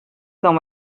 dans